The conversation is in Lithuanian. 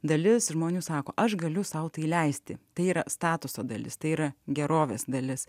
dalis žmonių sako aš galiu sau tai leisti tai yra statuso dalis tai yra gerovės dalis